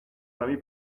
nami